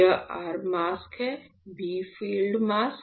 यह r mask है B field mask